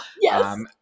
Yes